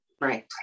Right